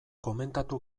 komentatu